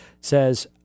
says